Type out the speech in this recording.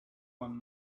one